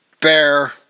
bear